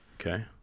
Okay